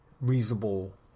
reasonable